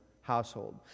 household